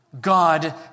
God